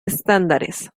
estándares